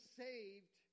saved